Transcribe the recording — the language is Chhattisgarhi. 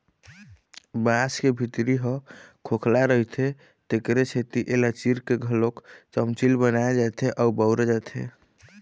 बांस के भीतरी ह खोखला रहिथे तेखरे सेती एला चीर के घलोक चमचील बनाए जाथे अउ बउरे जाथे